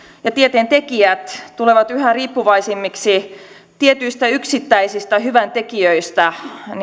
ja tieteentekijät tulevat yhä riippuvaisemmiksi tietyistä yksittäisistä hyväntekijöistä